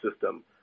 system